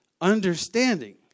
understanding